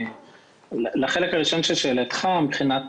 לחלק הראשון של שאלתך מבחינת